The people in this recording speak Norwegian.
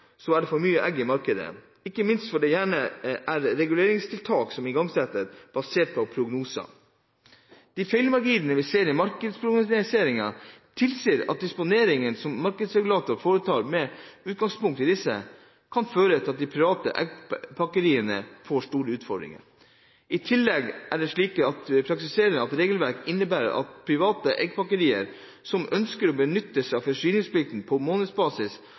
så er det for mye egg i markedet. Ikke minst fordi det gjerne er reguleringstiltak som igangsettes på prognoser. De feilmarginene vi ser i dagens markedsprognosering, tilsier at disponeringer som markedsregulator foretar med utgangspunkt i disse, kan påføre de private eggpakkeriene store utfordringer. I tillegg er det slik at praktiseringen av regelverket innebærer at private eggpakkerier som ønsker å benytte seg av forsyningsplikten, på månedsbasis